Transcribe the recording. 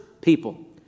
people